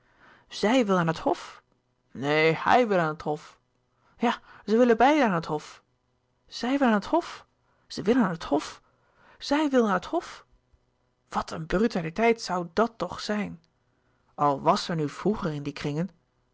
zij wil aan het hof neen h i j wil aan het hof ja ze willen beiden aan het hof zij wil aan het hof zij wil aan het hof zij wil aan het hof wat een brutaliteit zoû dàt toch zijn al was ze nu vroeger in die kringen